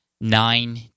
nine